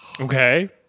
Okay